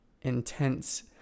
intense